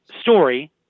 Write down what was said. story